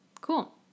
Cool